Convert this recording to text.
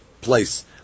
place